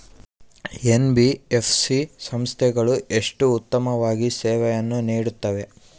NBFC ಸಂಸ್ಥೆಗಳು ಎಷ್ಟು ಉತ್ತಮವಾಗಿ ಸೇವೆಯನ್ನು ನೇಡುತ್ತವೆ?